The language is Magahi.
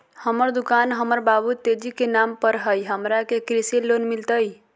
हमर दुकान हमर बाबु तेजी के नाम पर हई, हमरा के कृषि लोन मिलतई?